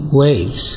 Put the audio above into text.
ways